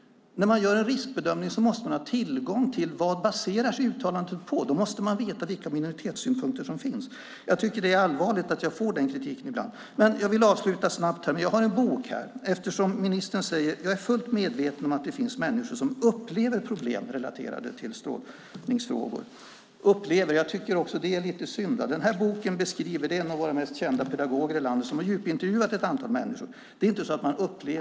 När man gör en riskbedömning måste man ha tillgång till vad uttalandet baserar sig på. Då måste man veta vilka minoritetssynpunkter som finns. Jag tycker att det är allvarligt att jag får den kritiken ibland. Jag vill avsluta snabbt. Jag har en bok här. Ministern säger: "Jag är fullt medveten om att det finns människor som upplever problem" relaterade till strålningsfrågor. "Upplever"! De som har skrivit den här boken är några av de mest kända pedagogerna i landet. De har djupintervjuat ett antal människor. Det är inte så att man "upplever".